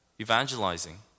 evangelizing